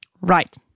Right